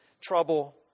trouble